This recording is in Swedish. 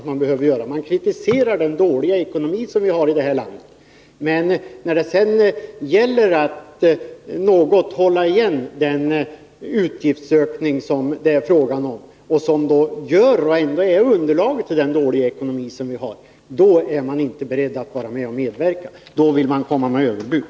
Man kritiserar den dåliga ekonomin här i landet, men när det sedan gäller att något hålla igen på utgiftsökningar — som ju ändå är underlaget till den dåliga ekonomi vi har — vill man inte medverka. Då kommer man med överbud.